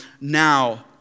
now